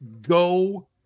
Go